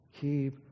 Keep